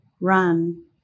run